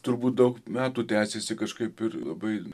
turbūt daug metų tęsiasi kažkaip ir labai